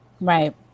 Right